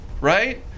right